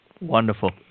Wonderful